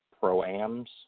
pro-ams